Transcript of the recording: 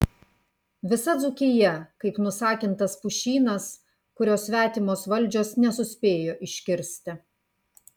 visa dzūkija kaip nusakintas pušynas kurio svetimos valdžios nesuspėjo iškirsti